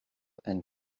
and